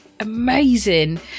amazing